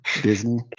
Disney